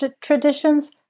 traditions